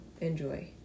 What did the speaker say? enjoy